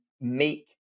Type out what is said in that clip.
make